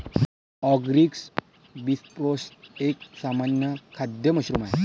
Agaricus bisporus एक सामान्य खाद्य मशरूम आहे